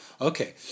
okay